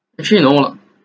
actually you know lah